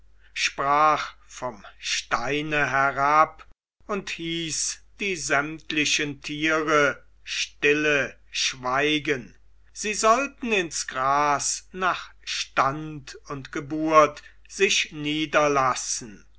sprach vom steine herab und hieß die sämtlichen tiere stille schweigen sie sollten ins gras nach stand und geburt sich niederlassen